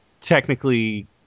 technically